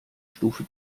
stufe